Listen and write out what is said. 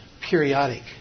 periodic